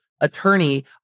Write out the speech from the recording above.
attorney